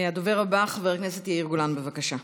הדובר הבא, חבר הכנסת יאיר גולן, בבקשה.